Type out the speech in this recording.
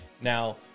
Now